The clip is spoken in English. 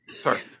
Sorry